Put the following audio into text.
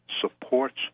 supports